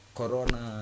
corona